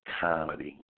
Comedy